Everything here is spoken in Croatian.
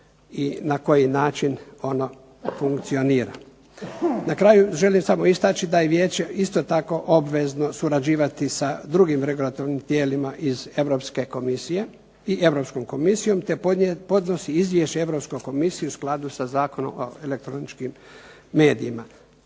i na koji način ono funkcionira. Na kraju želim samo istaći da je Vijeće isto tako obvezno surađivati sa drugim regulatornim tijelima Europske komisije, i Europskom komisijom, te podnosi Izvješće Europskoj komisiji u skladu sa Zakonom o elektroničkim medijima.